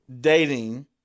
dating